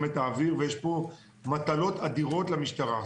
את האוויר ויש פה מטלות אדירות למשטרה.